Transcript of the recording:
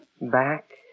Back